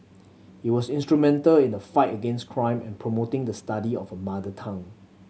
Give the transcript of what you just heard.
he was instrumental in the fight against crime and promoting the study of a mother tongue